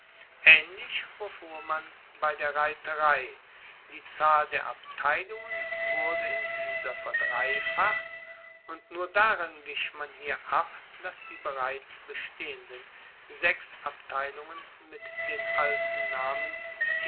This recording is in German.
aehnlich verfuhr man bei der reiterei die zahl der abteilungen wurde in dieser verdreifacht und nur darin wich man hier ab dass die bereits bestehenden sechs abteilungen mit den alten namen